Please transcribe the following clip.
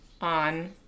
on